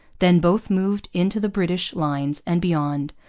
then both moved into the british lines and beyond,